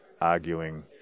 arguing